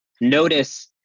Notice